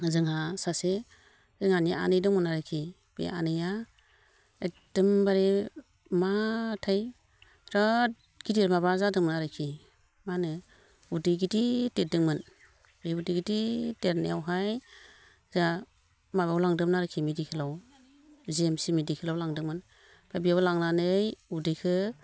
जोंहा सासे जोंहानि आनै दंमोन आरोकि बे आनैआ एकदमबारे माथाय बिरात गिदिर माबा जादोंमोन आरोकि मा होनो उदै गिदिर देरदोंमोन बे उदै गिदिर देरनायावहाय जा माबायाव लांदोंमोन आरोकि मेडिकेलाव जि एम सि मिडिकेलाव लांदोंमोन दा बेयाव लांनानै उदैखौ